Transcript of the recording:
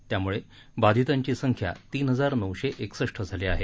त्यामुळे बाधितांची संख्या तीन हजार नऊशे एकसष्ट झाली आहे